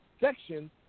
section